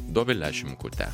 dovile šimkute